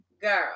girl